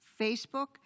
Facebook